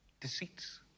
deceits